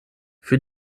für